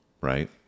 right